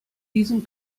diesem